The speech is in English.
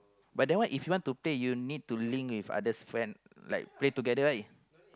but that one if you want to play you need to link with others friend like play together right